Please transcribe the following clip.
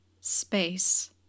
space